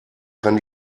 kann